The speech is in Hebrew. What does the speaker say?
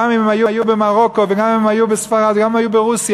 גם אם היו במרוקו וגם אם היו בספרד וגם אם הם היו ברוסיה,